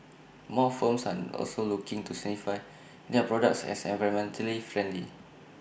more firms are also looking to certify their products as environmentally friendly